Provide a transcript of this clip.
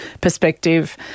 perspective